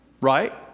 Right